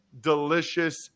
delicious